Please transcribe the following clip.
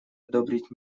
одобрить